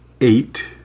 Eight